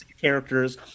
characters